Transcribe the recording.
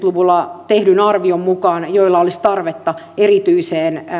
luvulla tehdyn arvion mukaan joilla olisi tarvetta erityiseen